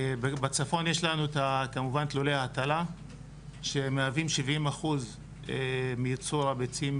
בצפון יש לנו כמובן את לולי ההטלה שמהווים 70% מייצור הביצים